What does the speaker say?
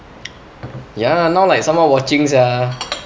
ya lah now like someone watching sia